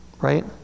Right